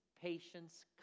patience